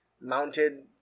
mounted